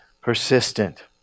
persistent